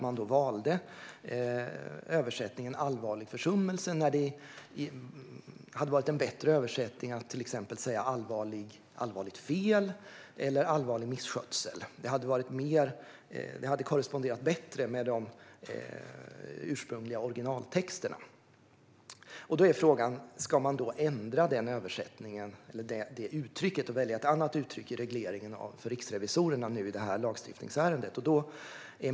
Man valde översättningen "allvarlig försummelse" när det hade varit bättre att exempelvis säga "allvarligt fel" eller "allvarlig misskötsel". Det hade korresponderat bättre med de ursprungliga texterna. Då är frågan: Ska man ändra uttrycket och välja ett annat uttryck i regleringen för riksrevisorerna i det här lagstiftningsärendet?